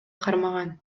кармаган